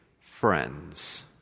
friends